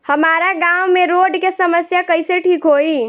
हमारा गाँव मे रोड के समस्या कइसे ठीक होई?